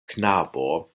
knabo